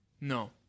No